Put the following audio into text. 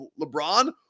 LeBron